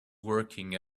working